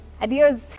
Adios